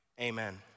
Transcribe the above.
Amen